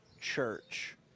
Church